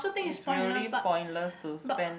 is really pointless to spend